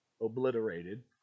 obliterated